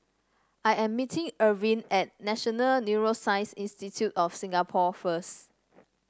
I am meeting Ervin at National Neuroscience Institute of Singapore first